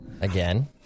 again